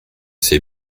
sait